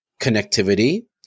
connectivity